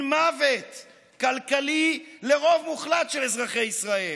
מוות כלכלי לרוב מוחלט של אזרחי ישראל,